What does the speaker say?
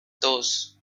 dos